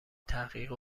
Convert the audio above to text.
تحقیق